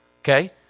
okay